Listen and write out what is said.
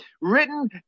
written